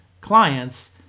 clients